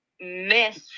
miss